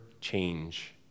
change